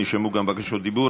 נרשמו גם בקשות דיבור,